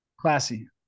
classy